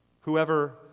Whoever